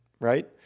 right